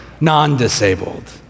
non-disabled